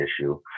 issue